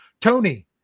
Tony